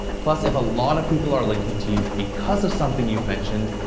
plus, if a lot of people are linking to you because of something you've mentioned,